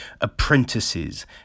Apprentices